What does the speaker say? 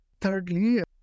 Thirdly